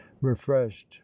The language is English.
refreshed